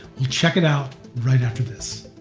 we check it out, right after this.